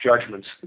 judgments